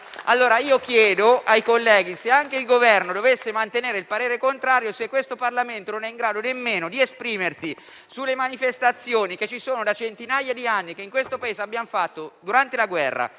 una domanda ai colleghi. Se anche il Governo dovesse mantenere il parere contrario, questo Parlamento non è in grado nemmeno di esprimersi sulle manifestazioni che ci sono da centinaia di anni in questo Paese durante la guerra,